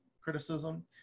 criticism